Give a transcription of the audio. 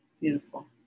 Beautiful